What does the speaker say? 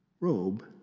robe